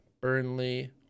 Burnley